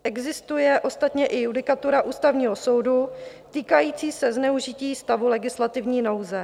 Existuje ostatně i judikatura Ústavního soudu týkající se zneužití stavu legislativní nouze.